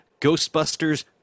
Ghostbusters